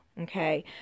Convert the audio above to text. okay